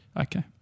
Okay